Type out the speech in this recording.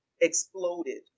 exploded